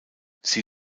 sie